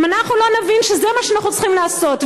אם אנחנו לא נבין שזה מה שאנחנו צריכים לעשות,